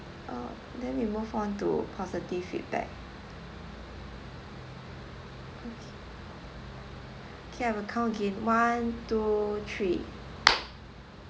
oh then we move on to positive feedback okay okay I will count again one two three